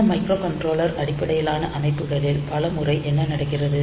இந்த மைக்ரோகண்ட்ரோலர் அடிப்படையிலான அமைப்புகளில் பல முறை என்ன நடக்கிறது